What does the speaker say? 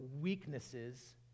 weaknesses